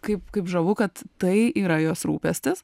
kaip kaip žavu kad tai yra jos rūpestis